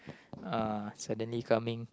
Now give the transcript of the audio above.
uh suddenly coming